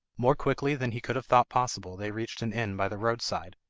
more quickly than he could have thought possible they reached an inn by the road-side,